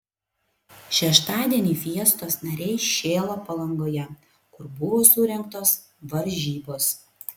šeštadienį fiestos nariai šėlo palangoje kur buvo surengtos varžybos